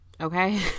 okay